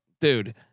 dude